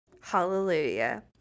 Hallelujah